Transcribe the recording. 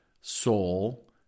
soul